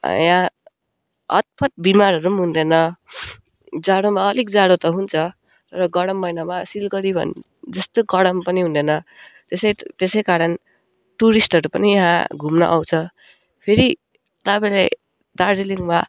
यहाँ हत्तपत्त बिमारहरू पनि हुँदैन जाडोमा अलिक जाडो त हुन्छ र गरम महिनामा सिलगढी जस्तो गरम पनि हुँदैन त्यसै त्यसै कारण टुरिस्टहरू पनि यहाँ घुम्न आउँछ फेरि तपाईँले दार्जिलिङमा